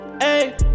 hey